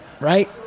right